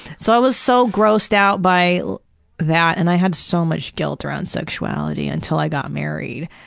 so i was so grossed out by that and i had so much guilt around sexuality until i got married.